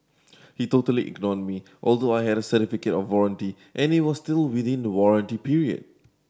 he totally ignored me although I had a certificate of warranty and it was still within the warranty period